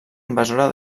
invasora